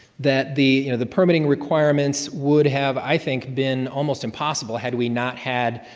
that the you know, the permitting requirements would have, i think, been almost impossible, had we not had,